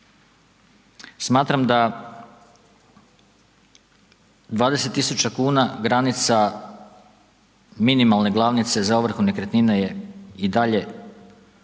Smatram da 20.000,00 kn granica minimalne glavnice za ovrhu nekretnina je i dalje